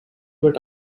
but